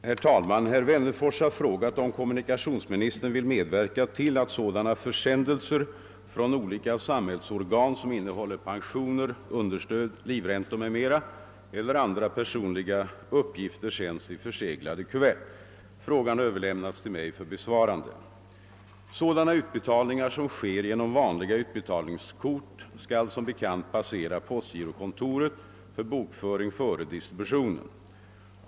Herr talman! Herr Wennerfors har frågat om kommunikationsministern vill medverka till att sådana försändelser från olika samhällsorgan som innehåller pensioner, understöd, livräntor m.m. eller andra personliga uppgifter sänds i förseglade kuvert. Frågan har överlämnats till mig för besvarande. Sådana utbetalningar som sker genom vanliga utbetalningskort skall som bekant passera postgirokontoret för bokföring före distributionen.